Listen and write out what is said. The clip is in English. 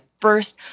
first